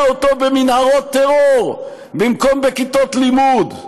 אותו במנהרות טרור במקום בכיתות לימוד,